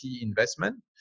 investment